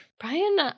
brian